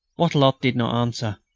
wattrelot did not answer.